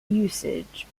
usage